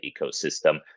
ecosystem